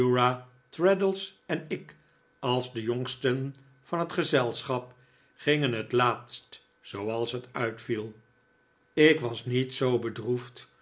traddles en ik als de jongsten van het gezelschap gingen het laatst zooals het uitviel ik was niet zoo bedroefd